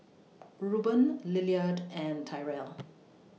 Ruben Lillard and Tyrel